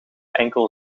enkel